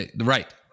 Right